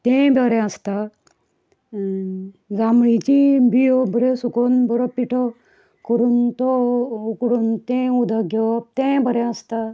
तेंय बरें आसता जांबळीच्यो बिंयो बऱ्यो सुकोन बरो पिठो करून तो उकडून तें उदक घेवप तेंय बरें आसता